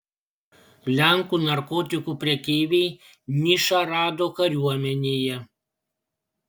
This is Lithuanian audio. lenkų narkotikų prekeiviai nišą rado kariuomenėje